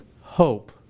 hope